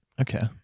Okay